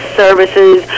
services